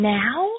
now